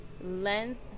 length